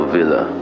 Villa